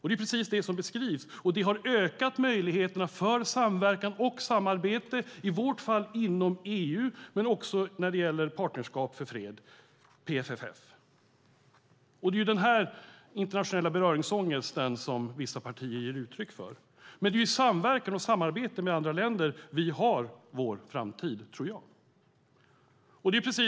Det har ökat möjligheterna till samverkan och samarbete, i vårt fall inom EU men också när det gäller Partnerskap för fred, PFF. Det är denna internationella beröringsångest som vissa partier ger uttryck för. Det är i samverkan och samarbete med andra länder som vi har vår framtid, tror jag.